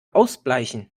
ausbleichen